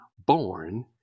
born